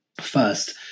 first